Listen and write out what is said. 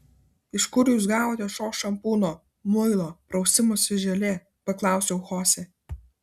iš kur jūs gavote šio šampūno muilo prausimosi želė paklausiau chosė